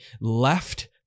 left